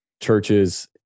churches